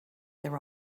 their